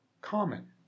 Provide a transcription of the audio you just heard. common